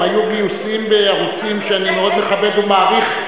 גם היו גיוסים בערוצים שאני מאוד מכבד ומעריך,